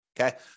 Okay